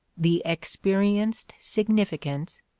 the experienced significance,